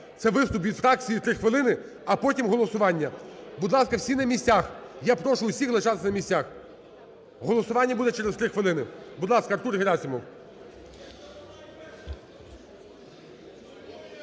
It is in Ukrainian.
це виступ від фракції, 3 хвилини, а потім – голосування. Будь ласка, всі на місцях, я прошу усіх лишатися на місцях. Голосування буде через 3 хвилини. Будь ласка, Артур Герасимов.